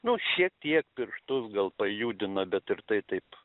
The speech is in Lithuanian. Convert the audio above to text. nu šiek tiek pirštus gal pajudina bet ir tai taip